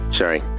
sorry